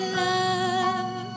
love